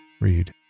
Read